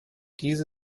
diese